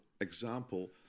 example